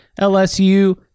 LSU